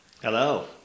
Hello